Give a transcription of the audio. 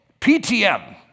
PTM